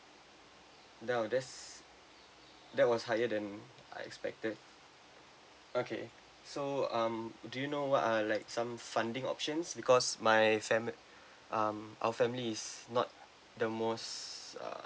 that'll there's that was higher than I expected okay so um do you know what are like some funding options because my fami~ um our family is not the most err